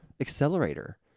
accelerator